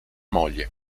moglie